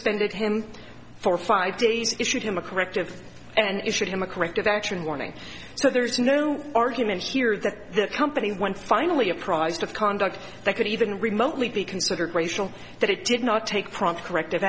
spended him for five days issued him a corrective and issued him a corrective action warning so there is no argument here that the company when finally apprised of conduct they could even remotely be considered racial that it did not take prompt corrective